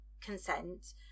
consent